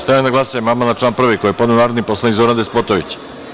Stavljam na glasanje amandman na član 1. koji je podneo narodni poslanik Zoran Despotović.